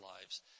lives